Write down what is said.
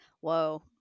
whoa